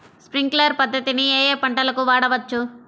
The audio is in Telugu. స్ప్రింక్లర్ పద్ధతిని ఏ ఏ పంటలకు వాడవచ్చు?